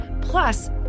plus